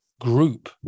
group